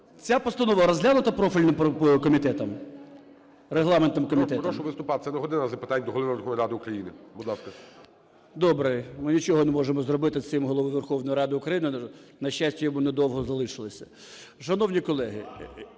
Ця постанова розглянута профільним комітетом? Регламентним комітетом? ГОЛОВУЮЧИЙ. Прошу виступати, це не година запитань до Голови Верховної Ради України. Будь ласка. СВЯТАШ Д.В. Добре. Ми нічого не можемо зробити з цим Головою Верховної Ради України. На щастя, йому не довго залишилося. Шановні колеги…